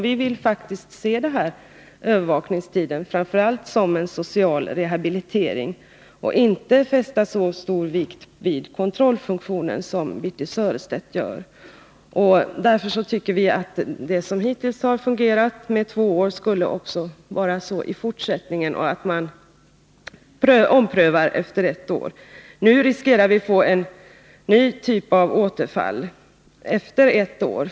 Vi ser faktiskt övervakningstiden framför allt som en möjlighet till social rehabilitering. Man behöver inte fästa så stor vikt vid kontrollfunktionen som Birthe Sörestedt gör. Det har ju hittills fungerat med en tid av två år. Därför tycker vi att det skall vara så även i fortsättningen. Efter ett år får man sedan göra en omprövning. Nu riskerar vi att få en ny typ av återfall efter ett år.